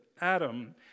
Adam